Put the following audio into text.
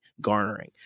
garnering